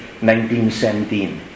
1917